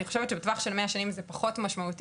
אני חושבת שבטווח של מאה שנים זה פחות משמעותי,